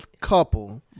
couple